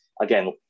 again